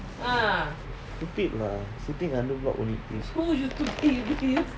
stupid lah sitting under block only please